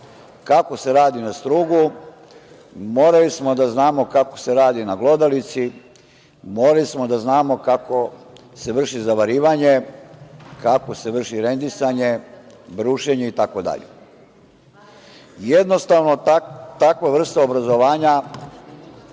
kako se radi na strugu, morali smo da znamo kako se radi na glodalici, morali smo da znamo kako se vrši zavarivanje, kako se vrši rendisanje, brušenje itd. Jednostavno, takva vrsta obrazovanja